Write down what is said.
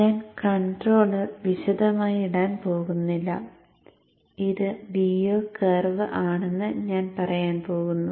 ഞാൻ കൺട്രോളർ വിശദമായി ഇടാൻ പോകുന്നില്ല ഇത് Vo കർവ് ആണെന്ന് ഞാൻ പറയാൻ പോകുന്നു